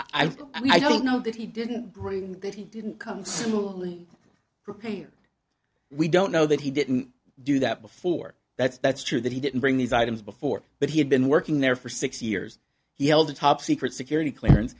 i don't know that he didn't bring that he didn't come smoothly prepared we don't know that he didn't do that before that's that's true that he didn't bring these items before but he had been working there for six years he held the top secret security clearance